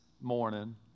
morning